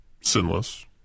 sinless